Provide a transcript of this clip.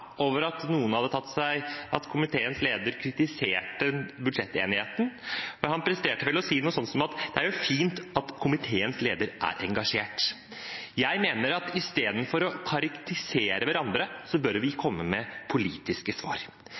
over at komiteens leder kritiserte budsjettenigheten. Han presterte vel å si noe sånt som at det er fint at komiteens leder er engasjert. Jeg mener at istedenfor å karakterisere hverandre bør vi komme med politiske svar.